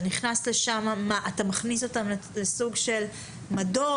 אתה נכנס לשם ואתה מכניס אותן לסוג של מדור?